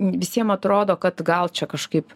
visiem atrodo kad gal čia kažkaip